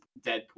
Deadpool